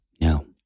no